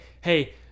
hey